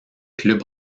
club